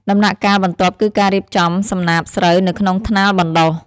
ដំណាក់កាលបន្ទាប់គឺការរៀបចំសំណាបស្រូវនៅក្នុងថ្នាលបណ្តុះ។